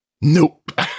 Nope